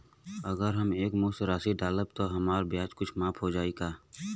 अगर हम एक मुस्त राशी डालब त हमार ब्याज कुछ माफ हो जायी का?